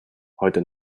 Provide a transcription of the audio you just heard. heute